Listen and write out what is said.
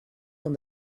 from